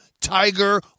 Tiger